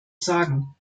sagen